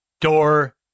door